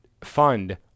fund